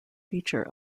feature